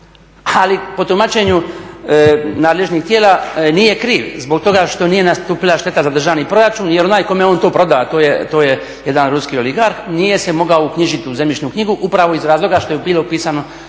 ali po tumačenju nadležnih tijela nije kriv zbog toga što nije nastupila šteta za državni proračun jer onaj kome je on to prodao, a to je jedan Ruski …, nije se mogao uknjižiti u zemljišnu knjigu upravo iz razloga što je bilo upisano